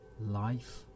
life